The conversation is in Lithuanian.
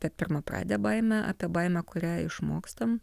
apie pirmapradę baimę apie baimę kurią išmokstam